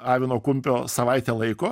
avino kumpio savaitę laiko